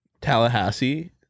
Tallahassee